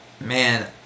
Man